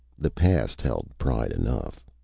the past held pride enough.